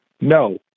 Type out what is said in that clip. no